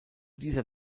dieser